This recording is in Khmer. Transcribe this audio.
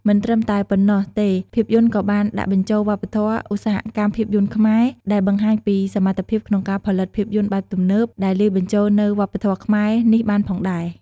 មិនត្រឹមតែប៉ុណ្ណោះទេភាពយន្តក៏បានដាក់បញ្ចូលវប្បធម៌ ឧស្សាហកម្មភាពយន្តខ្មែរ ដែលបង្ហាញពីសមត្ថភាពក្នុងការផលិតភាពយន្តបែបទំនើប ដែលលាយបញ្ចូលនូវវប្បធម៌ខ្មែរនេះបានផងដែរ ។